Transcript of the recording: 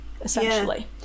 essentially